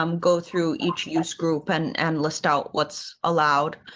um go through each use group and and list out. what's allowed.